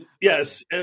Yes